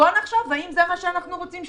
נחשוב האם זה מה שאנחנו רוצים?